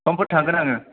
समफोर थांगोन आङो